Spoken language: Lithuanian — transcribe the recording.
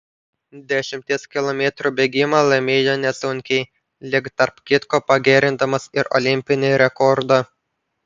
dešimties kilometrų bėgimą laimėjo nesunkiai lyg tarp kitko pagerindamas ir olimpinį rekordą